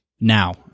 now